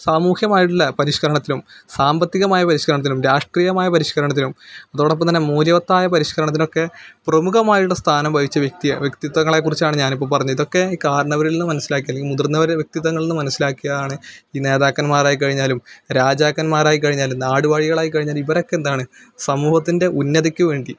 സാമൂഹ്യമായിട്ടുള്ള പരിഷ്കരണത്തിനും സാമ്പത്തികമായ പരിഷ്കരണത്തിനും രാഷ്ട്രീയമായ പരിഷ്കരണത്തിനും അതോടൊപ്പം തന്നെ മൂല്യവത്തായ പരിഷ്കരണത്തിനൊക്കെ പ്രമുഖമായുള്ള സ്ഥാനം വഹിച്ച വ്യക്തിയാ വ്യക്തിത്വങ്ങളെക്കുറിച്ചാണ് ഞാനിപ്പം പറഞ്ഞത് ഇതൊക്കെ ഈ കാർണവരില് നിന്ന് മനസ്സിലാക്കിയ അല്ലെങ്കില് മുതിര്ന്നവർ വ്യക്തിത്വങ്ങളില് നിന്ന് മനസ്സിലാക്കിയതാണ് ഈ നേതാക്കന്മാരായി കഴിഞ്ഞാലും രാജാക്കന്മാരായി കഴിഞ്ഞാലും നാടുവാഴികളായി കഴിഞ്ഞാലും ഇവരൊക്കെ എന്താണ് സമൂഹത്തിന്റെ ഉന്നതിക്ക് വേണ്ടി